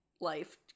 life